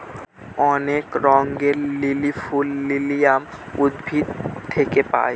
অনেক রঙের লিলি ফুল লিলিয়াম উদ্ভিদ থেকে পায়